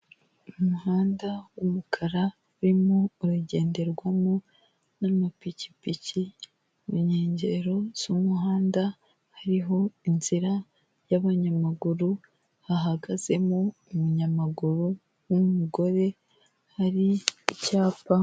Umuhanda w'umukara urimo uragenderwamo n'amapikipiki, mu nkengero z'umuhanda hariho inzira y'abanyamaguru bahagazemo umunyamaguru w'umugore, hari icyapa.